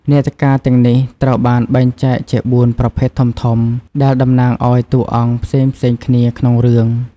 នាដការទាំងនេះត្រូវបានបែងចែកជា បួន ប្រភេទធំៗ ដែលតំណាងឲ្យតួអង្គផ្សេងៗគ្នាក្នុងរឿង។